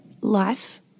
life